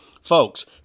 Folks